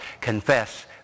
confess